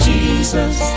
Jesus